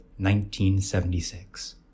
1976